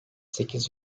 sekiz